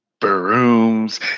brooms